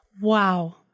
wow